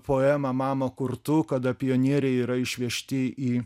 poemą mama kur tu kada pionieriai yra išvežti į